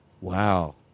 Wow